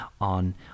on